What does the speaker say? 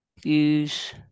Views